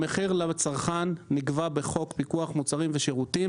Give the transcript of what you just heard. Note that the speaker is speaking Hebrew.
המחיר לצרכן נקבע בחוק פיקוח מוצרים ושירותים.